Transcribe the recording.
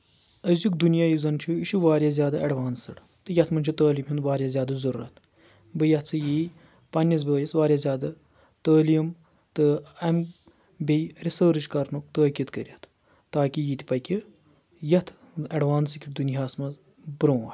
أزیُک دُنیا یُس زَن چھُ یہِ چھُ واریاہ زیادٕ اؠڈوانسڈ تہٕ یتھ منٛز چھُ تعلیٖم ہُنٛد واریاہ زیادٕ ضروٗرتھ بہٕ یژھٕ یی پنٕنِس بٲیِس واریاہ زیادٕ تعلیٖم تہٕ امہِ بیٚیہِ رِسٲرٕچ کرنُک تٲقیٖد کٔرِتھ تاکہِ یہِ تہِ پکہِ یتھ ایڈوانس أکِس دُنیاہس منٛز برونٛٹھ